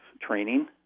training